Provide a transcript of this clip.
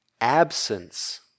absence